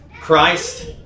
Christ